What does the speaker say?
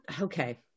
okay